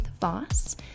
Voss